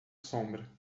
sombra